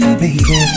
baby